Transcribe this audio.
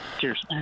Cheers